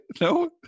No